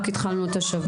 רק התחלנו את השבוע,